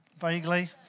vaguely